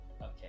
okay